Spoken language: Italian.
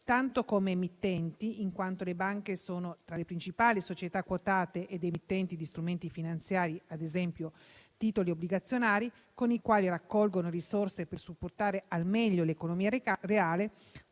tanto come emittenti, in quanto le banche sono tra le principali società quotate ed emittenti di strumenti finanziari (ad esempio, titoli obbligazionari) con i quali raccolgono risorse per supportare al meglio l'economia reale,